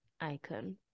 icon